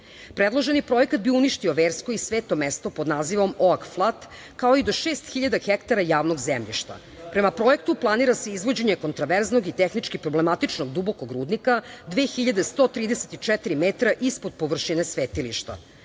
Predloženi projekat bi uništio versko i sveto mesto pod nazivom „Oak flat“, kao i do 6.000 hektara javnog zemljišta. Prema projektu planira se izvođenje kontraverznog i tehnički problematičnog dubokog rudnika 2.134 metra ispod površine svetilišta.